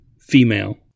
Female